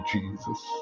Jesus